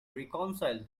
reconcile